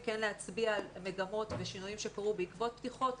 כן להצביע על מגמות ושינויים שקרו בעקבות פתיחות.